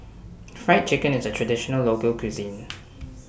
Fried Chicken IS A Traditional Local Cuisine